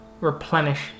replenish